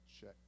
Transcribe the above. Check